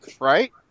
Right